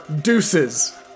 deuces